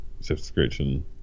subscription